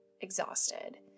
exhausted